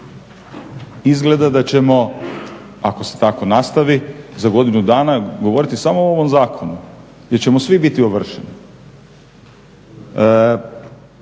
Izgleda da ćemo ako se tako nastavi za godinu dana govoriti samo o ovom zakonu gdje ćemo svi biti ovršeni.